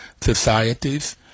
societies